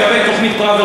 לגבי תוכנית פראוור,